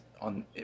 on